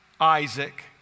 Isaac